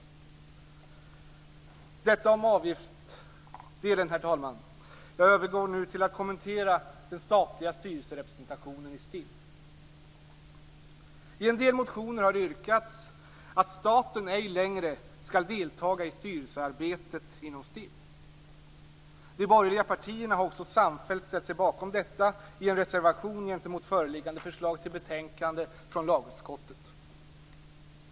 Detta om avgiftsdelen, herr talman. Jag övergår nu till att kommentera den statliga styrelserepresentationen i STIM. I en del motioner har yrkats att staten ej längre skall delta i STIM:s styrelsearbete. De borgerliga partierna har samfällt ställt sig bakom detta i en reservation mot föreliggande förslag från lagutskottet.